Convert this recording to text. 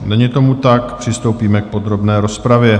Není tomu tak, přistoupíme k podrobné rozpravě.